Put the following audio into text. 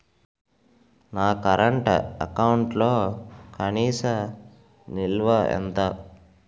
నా కరెంట్ అకౌంట్లో కనీస నిల్వ ఎంత?